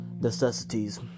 necessities